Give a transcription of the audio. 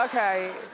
okay.